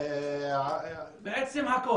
בעצם הכול.